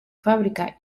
fábrica